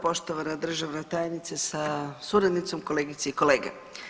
Poštovana državna tajnice sa suradnicom, kolegice i kolege.